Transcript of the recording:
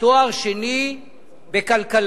תואר שני בכלכלה,